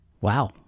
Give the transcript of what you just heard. Wow